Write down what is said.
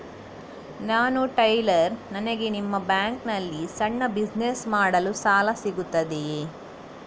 ನಾನು ಟೈಲರ್, ನನಗೆ ನಿಮ್ಮ ಬ್ಯಾಂಕ್ ನಲ್ಲಿ ಸಣ್ಣ ಬಿಸಿನೆಸ್ ಮಾಡಲು ಸಾಲ ಸಿಗುತ್ತದೆಯೇ?